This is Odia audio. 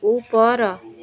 ଉପର